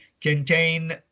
contain